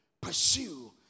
pursue